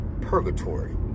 purgatory